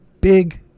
big